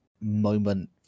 moment